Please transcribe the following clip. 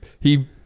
he-